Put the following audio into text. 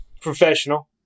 professional